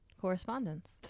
correspondence